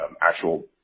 actual